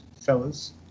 fellas